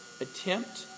attempt